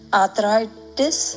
arthritis